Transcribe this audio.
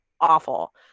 awful